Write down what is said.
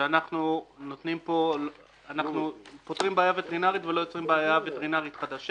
אנחנו פותרים בעיה וטרינרית ולא יוצרים בעיה וטרינרית חדשה,